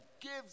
gives